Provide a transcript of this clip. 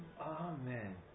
Amen